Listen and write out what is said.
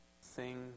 sing